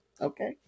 okay